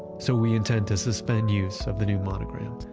so we intend to suspend use of the new monogram.